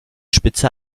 spitze